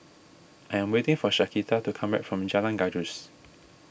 I am waiting for Shaquita to come back from Jalan Gajus